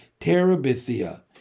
Terabithia